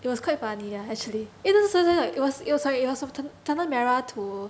it was quite funny lah actually eh 那是 right it was sorry it was tanah merah to